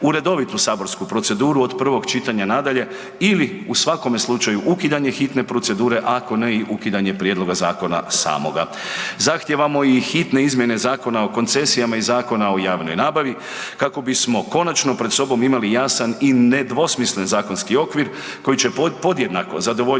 redovitu saborsku proceduru od prvog čitanja nadalje ili u svakome slučaju ukidanje hitne procedure ako ne i ukidanje prijedloga zakona samoga. Zahtijevamo i hitne izmjene Zakona o koncesijama i Zakona o javnoj nabavi kako bismo konačno pred sobom imali jasan i nedvosmislen zakonski okvir koji će podjednako zadovoljiti